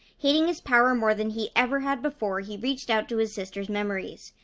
hating his power more than he ever had before, he reached out to his sister's memories.